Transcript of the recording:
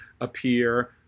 appear